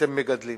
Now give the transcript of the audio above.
אתם מגדלים